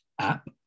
app